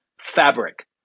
fabric